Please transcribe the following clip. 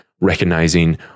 recognizing